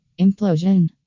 Implosion